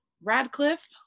Radcliffe